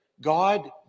God